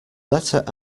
letter